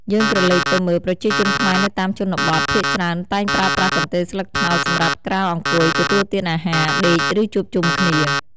យើងក្រឡេកទៅមើល ប្រជាជនខ្មែរនៅតាមជនបទ ភាគច្រើនតែងប្រើប្រាស់កន្ទេលស្លឹកត្នោតសម្រាប់ក្រាលអង្គុយ ទទួលទានអាហារ ដេក ឬជួបជុំគ្នា។